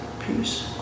peace